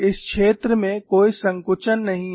इस क्षेत्र में कोई संकुचन नहीं है